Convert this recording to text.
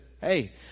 hey